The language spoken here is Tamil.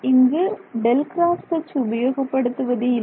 இங்கு ∇× H உபயோகப்படுத்துவது இல்லை